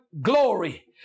Glory